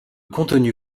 contenu